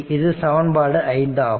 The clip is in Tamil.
இது சமன்பாடு 5 ஆகும்